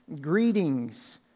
greetings